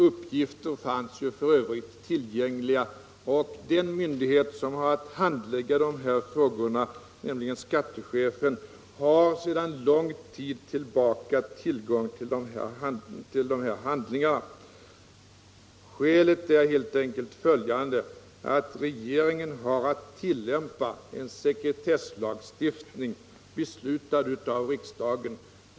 Uppgifter fanns f. ö. tillgängliga. Den myndighet som har att handlägga de här frågorna, nämligen skattechefen, har sedan lång tid tillbaka tillgång till handlingarna. Skälet är helt enkelt följande: Regeringen har att tillämpa en sekretesslagstiftning, beslutad av riksdagen.